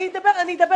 אני אדבר בקצרה.